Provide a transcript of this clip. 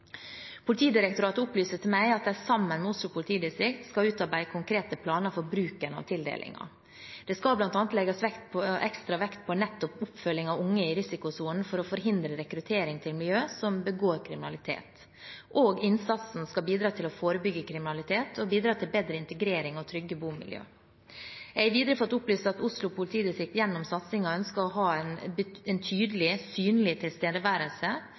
Politidirektoratet opplyser til meg at de sammen med Oslo politidistrikt skal utarbeide konkrete planer for bruken av tildelingen. Det skal bl.a. legges ekstra vekt på nettopp oppfølging av unge i risikosonen for å forhindre rekruttering til miljø som begår kriminalitet, og innsatsen skal bidra til å forebygge kriminalitet, bedre integrering og trygge bomiljø. Jeg har videre fått opplyst at Oslo politidistrikt gjennom satsingen ønsker å ha en tydelig og synlig tilstedeværelse